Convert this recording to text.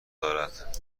دارد